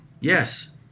Yes